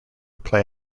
play